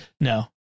No